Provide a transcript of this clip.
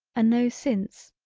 a no since,